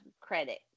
credit